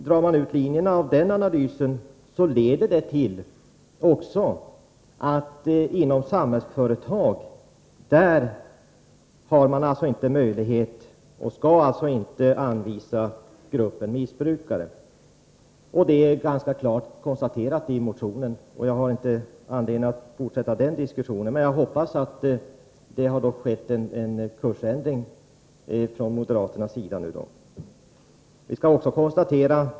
Drar man ut linjerna av den analysen, leder det till att Samhällsföretag inte har möjlighet och inte skall anvisa arbeten åt gruppen missbrukare. Det är ganska klart konstaterat i motionen. Jag har inte anledning att fortsätta den diskussionen. Jag hoppas dock att det har skett en kursändring från moderaternas sida.